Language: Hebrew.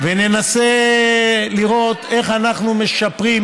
וננסה לראות איך אנחנו משפרים,